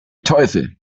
teufel